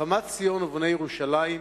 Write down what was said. נחמת ציון ובונה ירושלים,